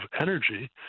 energy